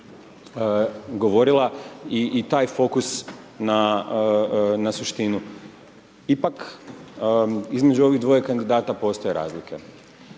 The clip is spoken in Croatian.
govorila i taj fokus na suštinu. Ipak, između ovih dvoje kandidata postoje razlike.